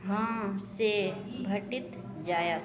हँ से भेटि जायत